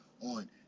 on